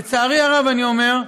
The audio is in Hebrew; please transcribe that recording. לצערי הרב, אני אומר,